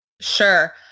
Sure